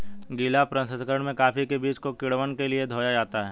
गीला प्रसंकरण में कॉफी के बीज को किण्वन के लिए धोया जाता है